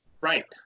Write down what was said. right